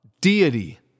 deity